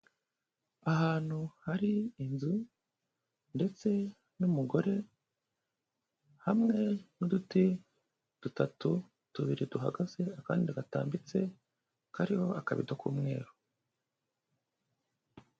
Ahantu hari inzu ndetse n'umugore, hamwe n'uduti dutatu, tubiri duhagaze akandi gatambitse kariho akabito k'umweru.